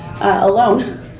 alone